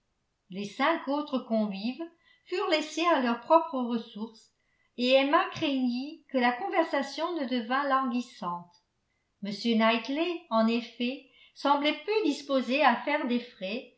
les cinq autres convives furent laissés à leurs propres ressources et emma craignit que la conversation ne devint languissante m knightley en effet semblait peu disposé à faire des frais